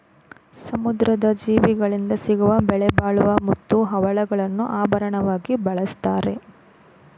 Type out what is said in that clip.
ಸಮುದ್ರದ ಜೀವಿಗಳಿಂದ ಸಿಗುವ ಬೆಲೆಬಾಳುವ ಮುತ್ತು, ಹವಳಗಳನ್ನು ಆಭರಣವಾಗಿ ಬಳ್ಸತ್ತರೆ